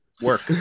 work